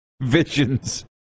Visions